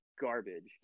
garbage